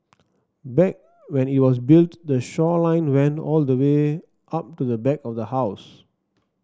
back when it was built the shoreline went all the way up to the back of the house